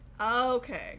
Okay